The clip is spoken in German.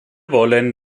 wollen